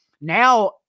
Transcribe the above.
now